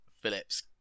Phillips